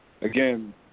again